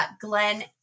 Glenn